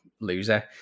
loser